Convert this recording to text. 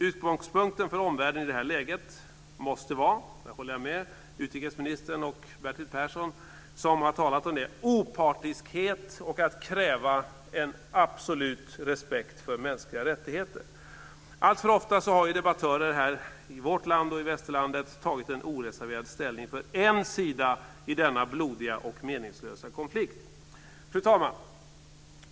Utgångspunkten för omvärlden i detta läge måste vara - jag håller med utrikesministern och Bertil Persson som har talat om detta - opartiskhet och krav på absolut respekt för mänskliga rättigheter. Alltför ofta har debattörer i Sverige och västerlandet tagit oreserverad ställning för en sida i denna blodiga och meningslösa konflikt. Fru talman!